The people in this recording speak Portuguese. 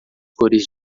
cores